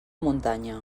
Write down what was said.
muntanya